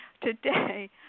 today